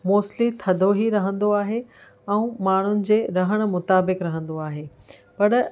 mostly थधो ही रहंदो आहे ऐं माण्हुनि जे रहण मुताबिक़ रहंदो आहे पर